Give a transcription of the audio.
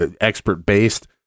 expert-based